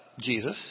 Jesus